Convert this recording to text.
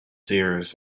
seers